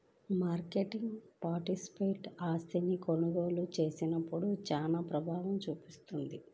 market participant ఆస్తిని కొనుగోలు చేసినప్పుడు చానా ప్రభావం చూపిస్తుంది